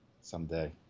Someday